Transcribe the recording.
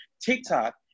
TikTok